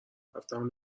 رفتم